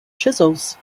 chisels